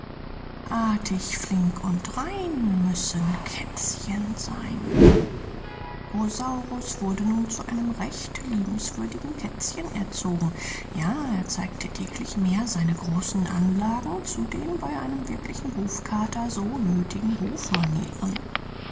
artig flink und rein müssen kätzchen sein rosaurus wurde nun zu einem recht liebenswürdigen kätzchen erzogen ja er zeigte täglich mehr seine großen anlagen zu den bei einem wirklichen hofkater so nöthigen